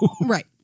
Right